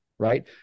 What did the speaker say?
right